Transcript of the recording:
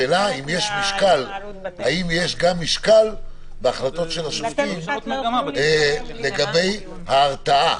השאלה אם יש משקל בהחלטות של השופטים לגבי ההרתעה,